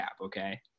okay